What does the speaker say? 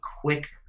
quick